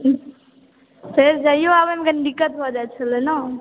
फेर जाइयो आबै मे कनी दिक्कत भय जाइ छलै ने